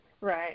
Right